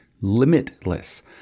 limitless